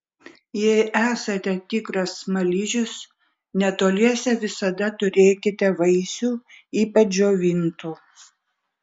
jei esate tikras smaližius netoliese visada turėkite vaisių ypač džiovintų